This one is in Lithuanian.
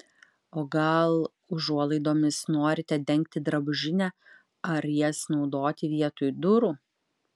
o gal užuolaidomis norite dengti drabužinę ar jas naudoti vietoj durų